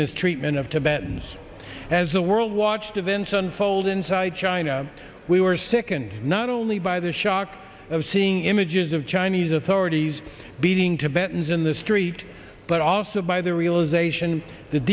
mistreatment of tibetans as the world watched events unfold inside china we were sickened not only by the shock of seeing images of chinese authorities beating to benton's in the street but also by the realisation that